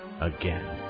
again